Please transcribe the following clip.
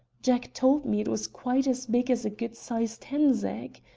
jack told me it was quite as big as a good-sized hen's egg.